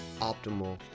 optimal